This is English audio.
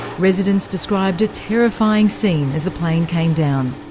residents described a terrifying scene as the plane came down